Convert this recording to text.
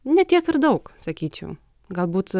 ne tiek ir daug sakyčiau galbūt